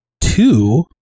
two